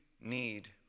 need